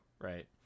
right